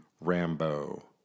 Rambo